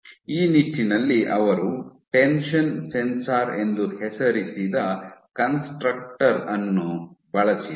ಈ ನಿಟ್ಟಿನಲ್ಲಿ ಅವರು ಟೆನ್ಷನ್ ಸೆನ್ಸಾರ್ ಎಂದು ಹೆಸರಿಸಿದ ಕನ್ಸ್ಟ್ರಕ್ಟರ್ ಅನ್ನು ಬಳಸಿದರು